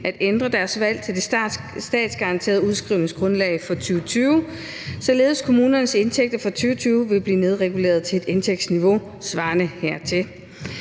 at ændre deres valg til det statsgaranterede udskrivningsgrundlag for 2020, således at kommunernes indtægter for 2020 vil blive nedreguleret til et indtægtsniveau svarende hertil.